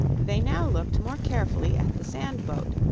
they now looked more carefully at the sand-boat,